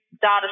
data